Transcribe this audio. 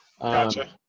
Gotcha